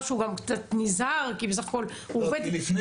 שהוא גם קצת נזהר כי בסך הכל הוא עובד --- לפני